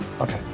Okay